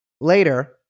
later